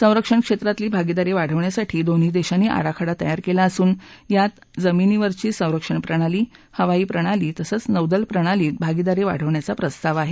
संरक्षण क्षेत्रातली भागीदारी वाढवण्यासाठी दोन्ही देशांनी आराखडा तयार केला असून यात जमीनवरची संरक्षण प्रणाली हवाई प्रणाली तसंच नौदल प्रणालीत भागीदारी वाढवण्याचा प्रस्ताव आहे